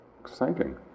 exciting